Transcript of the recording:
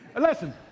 Listen